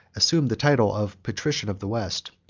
assumed the title of patrician of the west,